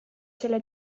selle